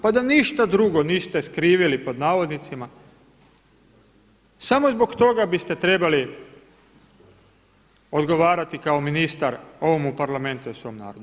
Pa da ništa drugo niste skrivili, pod navodnicima, samo zbog toga biste trebali odgovarati kao ministar ovomu Parlamentu i svom narodu.